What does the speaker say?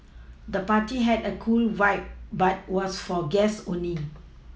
the party had a cool vibe but was for guests only